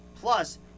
Plus